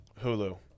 Hulu